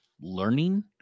learning